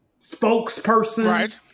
spokesperson